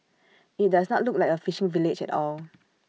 IT does not look like A fishing village at all